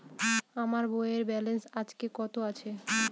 আমার বইয়ের ব্যালেন্স আজকে কত আছে?